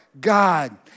God